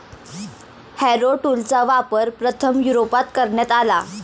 Harrow टूलचा वापर प्रथम युरोपात करण्यात आला